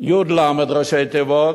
י"ל ראשי תיבות,